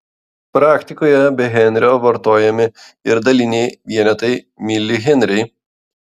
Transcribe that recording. praktikoje be henrio vartojami ir daliniai vienetai milihenriai